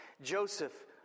Joseph